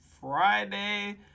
Friday